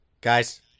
Guys